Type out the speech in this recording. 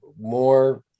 more